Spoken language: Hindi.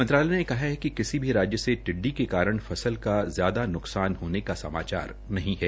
मंत्रालय ने कहा कि किसी भी राज्य से टिड़डी के कारण फसल का ज्यादा नुकसान होने का समाचार नहीं है